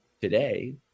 today